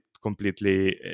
completely